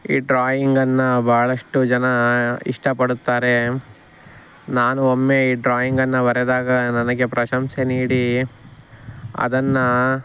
ಈ ಡ್ರಾಯಿಂಗನ್ನು ಭಾಳಷ್ಟು ಜನ ಇಷ್ಟಪಡುತ್ತಾರೆ ನಾನು ಒಮ್ಮೆ ಈ ಡ್ರಾಯಿಂಗನ್ನು ಬರೆದಾಗ ನನಗೆ ಪ್ರಶಂಸೆ ನೀಡಿ ಅದನ್ನು